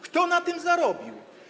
Kto na tym zarobił?